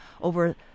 over